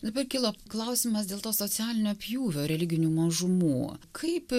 dabar kilo klausimas dėl to socialinio pjūvio religinių mažumų kaip